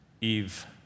Eve